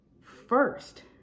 first